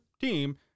team